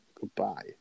Goodbye